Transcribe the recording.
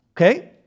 okay